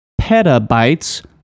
petabytes